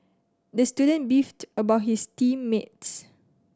the student beefed about his team mates